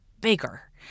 bigger